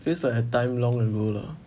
feels like a time long ago lah